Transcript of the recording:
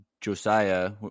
Josiah